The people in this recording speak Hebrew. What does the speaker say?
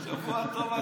שבוע טוב.